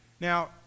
Now